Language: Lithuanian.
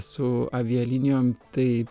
su avialinijom tai